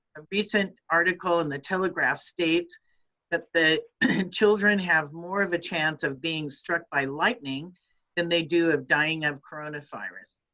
a recent article in the telegraph states that the children have more of a chance of being struck by lightning than they do of dying of coronavirus.